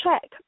check